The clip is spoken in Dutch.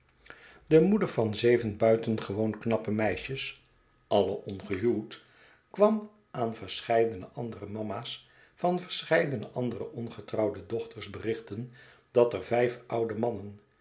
de moeder van zeven buitengewoon knappe meisjes alle ongehuwd kwam aan verscheiden andere mama's van verscheiden andere ongetrouwde dochters berichten dat er vijf oude mannen